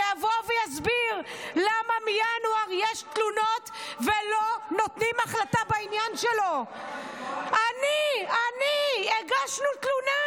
ובמקום להתעסק בעניין של עופר כסיף, אגב,